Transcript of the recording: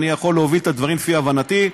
אני יכול להוביל את הדברים כפי הבנתי,